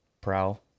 Prowl